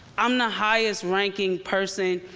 i'm the highest ranking person,